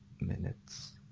minutes